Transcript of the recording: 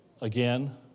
again